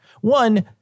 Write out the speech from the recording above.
One